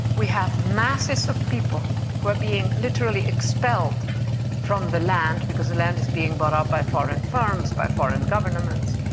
we have masses of people who are being literally expelled from the land because the land is being bought up by foreign farms, by foreign governments,